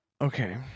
Okay